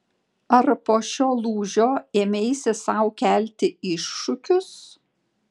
ar po šio lūžio ėmeisi sau kelti iššūkius